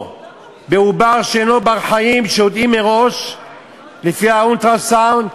או בעובר שאינו בר-חיים שיודעים מראש לפי האולטרה-סאונד